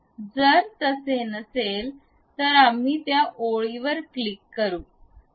जर तसे नसेल तर आम्ही त्या ओळीवर क्लिक करू